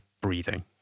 breathing